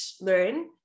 learn